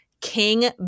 King